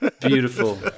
Beautiful